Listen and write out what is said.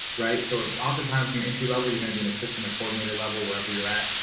right. so, oftentimes, your entry level, you're going to be an assistant or coordinator level wherever you're at.